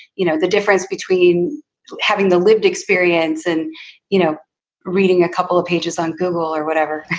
you know, the difference between having the lived experience and you know reading a couple of pages on google or whatever.